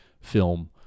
film